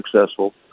successful